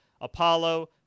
Apollo